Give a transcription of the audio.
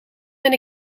ben